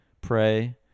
pray